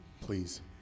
Please